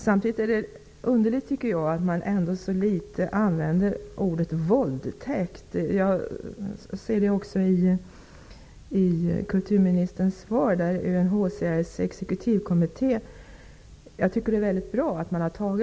Samtidigt är det underligt att man ändå så litet använder ordet våldtäkt. Kulturministern skriver i sitt svar att UNHCR:s exekutivkommitté har antagit en konklusion, och det är bra.